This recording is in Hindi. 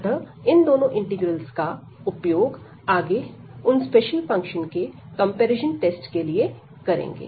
अतः इन दोनों इंटीग्रल्स का उपयोग आगे उन स्पेशल फंक्शन के कंपैरिजन टेस्ट के लिए करेंगे